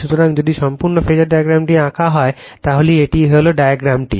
সুতরাং যদি সম্পূর্ণ ফেজার ডায়াগ্রামটি আঁকা হয় তাহলে এটি হলো ডায়াগ্রামটি